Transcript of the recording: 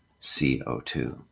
CO2